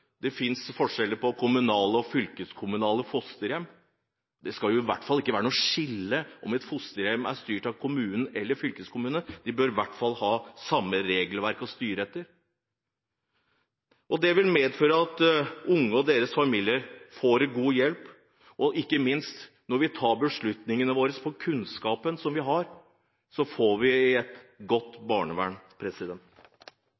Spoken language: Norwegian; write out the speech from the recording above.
det finnes forskjeller på kommunale og fylkeskommunale fosterhjem. Det skal i hvert fall ikke være noe skille på om et fosterhjem er styrt av kommunen eller fylkeskommunen. De bør i hvert fall ha samme regelverk å styre etter. Det vil medføre at unge og deres familier får god hjelp. Ikke minst: Når vi tar beslutningene våre på grunnlag av kunnskapen vi har, får vi et